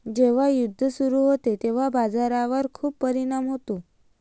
जेव्हा युद्ध सुरू होते तेव्हा बाजारावर खूप परिणाम होतो